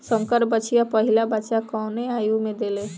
संकर बछिया पहिला बच्चा कवने आयु में देले?